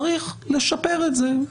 צריך לשפר את זה.